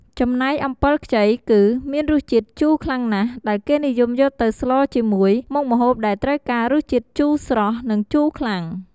ចំណែកអំពិលខ្ចីគឺ មានរសជាតិជូរខ្លាំងណាស់ ដែលគេនិយមយកទៅស្លជាមួយ មុខម្ហូបដែលត្រូវការរសជាតិជូរស្រស់ និងជូរខ្លាំង។